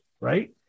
right